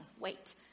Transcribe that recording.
Wait